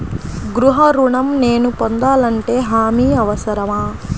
గృహ ఋణం నేను పొందాలంటే హామీ అవసరమా?